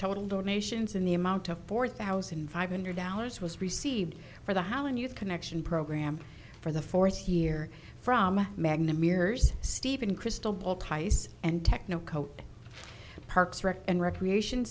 total donations in the amount of four thousand five hundred dollars was received for the how a new connection program for the fourth year from magna mirrors stephen crystal ball price and techno coach parks rec and recreation